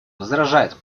возражает